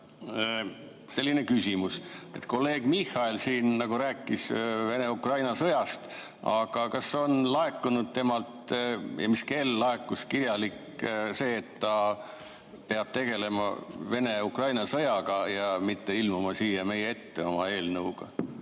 Selline küsimus, et kolleeg Michal siin rääkis Vene-Ukraina sõjast. Aga kas on laekunud ja mis kell laekus temalt kirjalikult see, et ta peab tegelema Vene-Ukraina sõjaga ja mitte ilmuma siia meie ette oma eelnõuga?